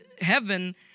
heaven